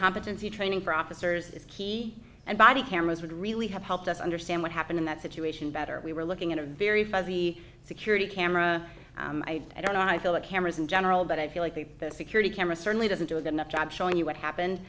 competency training for officers that key and body cameras would really have helped us understand what happened in that situation better we were looking at a very fuzzy security camera i don't know i feel the cameras in general but i feel like a security camera certainly doesn't do a good enough job showing you what happened